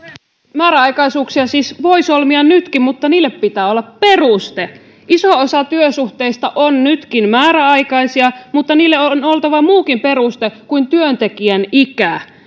määräaikaisuuksia siis voi solmia nytkin mutta niille pitää olla peruste iso osa työsuhteista on nytkin määräaikaisia mutta niille on oltava muukin peruste kuin työntekijän ikä